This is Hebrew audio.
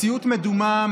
מציאות מדומה,